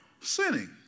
sinning